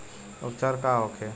उपचार का होखे?